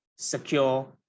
secure